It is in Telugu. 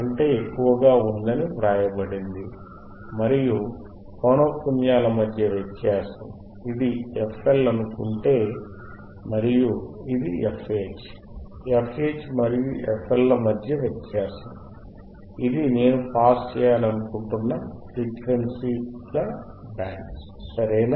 కంటే ఎక్కువగా ఉందని వ్రాయబడింది మరియు పౌనఃపున్యాల మధ్య వ్యత్యాసం ఇది fL అనుకుంటే మరియు ఇది fH fH మరియు fL ల మధ్య వ్యత్యాసం ఇది నేను పాస్ చేయాలనుకుంటున్న ఫ్రీక్వెన్సీల బ్యాండ్ సరేనా